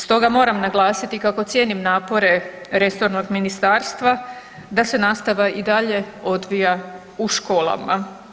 Stoga moram naglasiti kako cijenim napore resornog ministarstva da se nastava i dalje odvija u školama.